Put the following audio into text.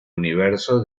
universo